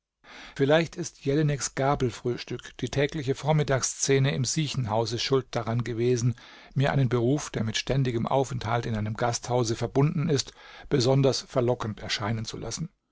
vielleicht ist jelineks gabelfrühstück die tägliche vormittagszene im siechenhause schuld daran gewesen mir einen beruf der mit ständigem aufenthalt in einem gasthause verbunden ist besonders verlockend erscheinen zu lassen